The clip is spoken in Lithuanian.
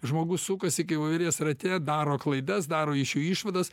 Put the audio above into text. žmogus sukasi kai voverės rate daro klaidas daro iš jų išvadas